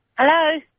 Hello